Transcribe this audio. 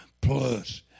plus